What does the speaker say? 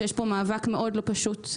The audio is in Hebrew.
שיש פה מאבק מאוד לא פשוט,